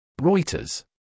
Reuters